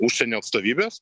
užsienio atstovybes